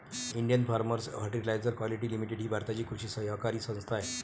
Indian farmers fertiliser quality limited ही भारताची कृषी सहकारी संस्था आहे